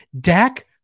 Dak